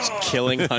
Killing